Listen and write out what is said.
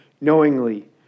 knowingly